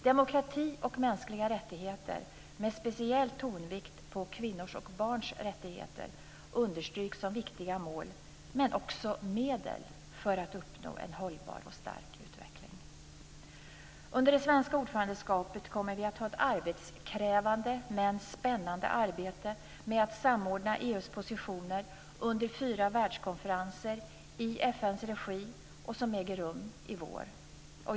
Demokrati och mänskliga rättigheter, med speciellt tonvikt på kvinnors och barns rättigheter, understryks som viktiga mål men också som medel för att uppnå en hållbar och stark utveckling. Under det svenska ordförandeskapet kommer vi att ha ett krävande men spännande arbete med att samordna EU:s positioner under fyra världskonferenser i FN:s regi som äger rum i vår.